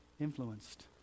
influenced